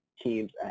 teams